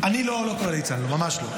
אני לא קורא "ליצן", ממש לא.